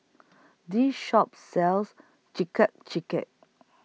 This Shop sells